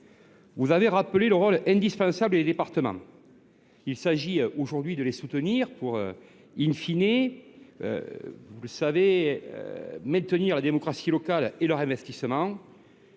Vous avez rappelé le rôle indispensable des départements. Il s’agit aujourd’hui de les soutenir, pour maintenir,, la démocratie locale et leurs investissements.